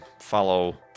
follow